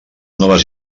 noves